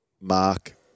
Mark